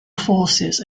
forces